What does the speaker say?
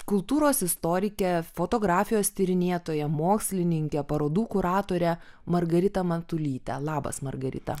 kultūros istorikė fotografijos tyrinėtoja mokslininkė parodų kuratorė margarita matulytė labas margarita